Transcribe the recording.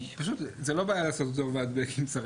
זה לא בעיה לעשות אם צריך.